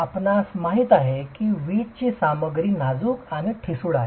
आपणास माहित आहे की वीटची सामग्री नाजूक आणि ठिसूळ आहे